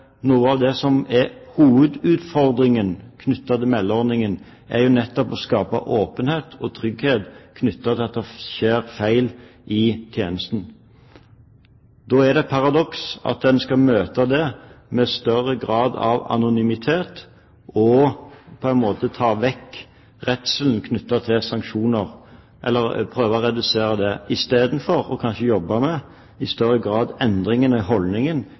noe av det som er hovedutfordringen med meldeordningen, nettopp er å skape åpenhet og trygghet knyttet til at det skjer feil i tjenesten? Da er det et paradoks at en skal møte det med en større grad av anonymitet, og prøve å redusere redselen knyttet til sanksjoner, istedenfor i større grad kanskje å jobbe med endringene i holdningen til betydningen av å melde. Foreløpig er i